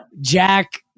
Jack